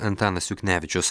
antanas juknevičius